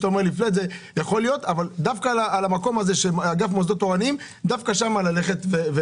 יכול להיות אבל דווקא על אגף מוסדות תורניים דווקא שם להפסיק.